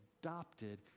adopted